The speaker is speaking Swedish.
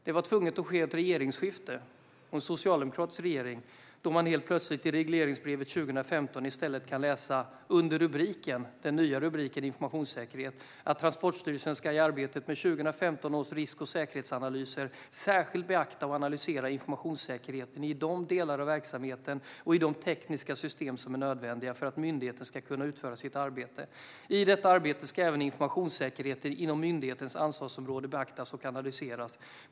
Det var först när det skedde ett regeringsskifte och det blev en socialdemokratisk regering som man helt plötsligt i regleringsbrevet 2015 under den nya rubriken Informationssäkerhet i stället kunde läsa: Transportstyrelsen ska i arbetet med 2015 års risk och säkerhetsanalyser särskilt beakta och analysera informationssäkerheten i de delar av verksamheten och i de tekniska system som är nödvändiga för att myndigheten ska kunna utföra sitt arbete. I detta arbete ska även informationssäkerheten inom myndighetens ansvarsområde beaktas och analyseras.